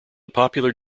popular